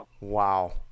Wow